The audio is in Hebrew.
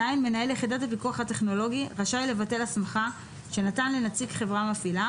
(ז) מנהל יחידת הפיקוח הטכנולוגי רשאי לבטל הסמכה שנתן לנציג חברה מפעילה